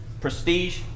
prestige